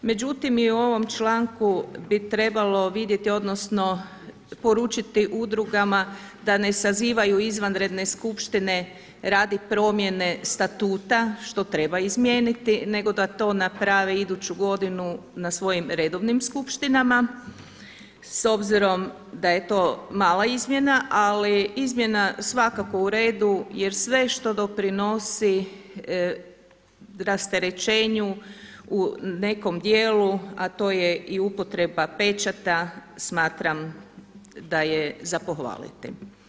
Međutim i u ovom članku bi trebalo vidjeti odnosno poručiti udrugama da ne sazivaju izvanredne skupštine radi promjene statuta, što treba izmijeniti nego da to napravi iduću godinu na svojim redovnim skupština s obzirom da je to mala izmjena, ali izmjena svakako uredu jer sve što doprinosi rasterećenju u nekom dijelu, a to je i upotreba pečata smatram da je za pohvaliti.